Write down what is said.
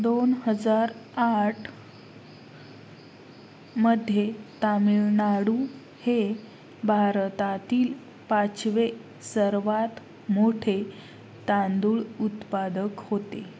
दोन हजार आठमध्ये तामिळनाडू हे भारतातील पाचवे सर्वात मोठे तांदूळ उत्पादक होते